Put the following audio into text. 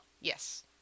Yes